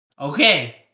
Okay